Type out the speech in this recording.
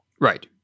Right